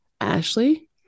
Ashley